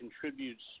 contributes